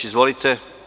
Izvolite.